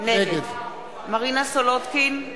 נגד מרינה סולודקין,